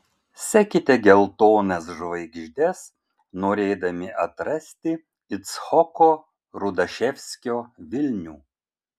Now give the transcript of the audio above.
sekite geltonas žvaigždes norėdami atrasti icchoko rudaševskio vilnių